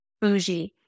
bougie